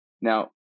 Now